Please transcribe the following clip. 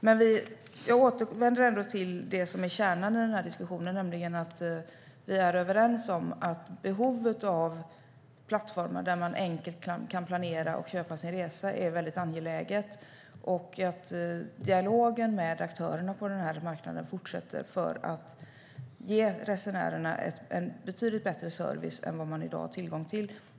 Jag återvänder till det som är kärnan i den här diskussionen, nämligen att vi är överens om att det är angeläget med plattformar där man enkelt kan planera och köpa sin resa och att dialogen med aktörerna på den här marknaden fortsätter för att ge resenärerna en betydligt bättre service än i dag.